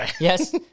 Yes